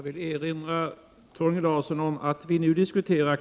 Herr talman!